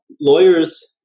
Lawyers